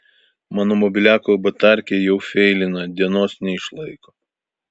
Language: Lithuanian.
mano mobiliako batarkė jau feilina dienos neišlaiko